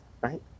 right